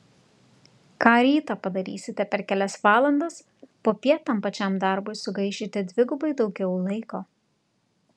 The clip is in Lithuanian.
ką rytą padarysite per kelias valandas popiet tam pačiam darbui sugaišite dvigubai daugiau laiko